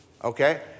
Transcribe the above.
Okay